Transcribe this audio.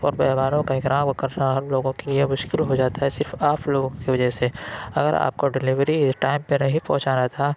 اور مہمانوں کا اکرام کرنا ہم لوگوں کے لیے مشکل ہو جاتا ہے صرف آپ لوگوں کی وجہ سے اگر آپ کو ڈلیوری ائم پہ نہیں پہنچانا تھا